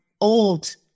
old